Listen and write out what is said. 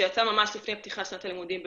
שיצא באוגוסט ממש לפני פתיחת שנת הלימודים.